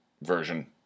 Version